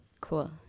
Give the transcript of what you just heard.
Cool